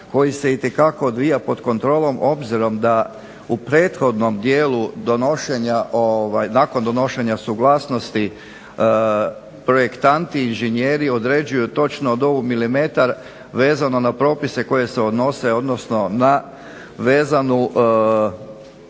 koji se itekako odvija pod kontrolom, obzirom da u prethodnom dijelu donošenja, nakon donošenja suglasnosti projektanti inženjeri određuju točno do u milimetar vezano na propise koje se odnose, odnosno na vezanu